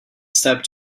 step